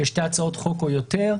לשתי הצעות חוק או יותר.